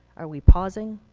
are we pausing?